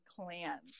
clans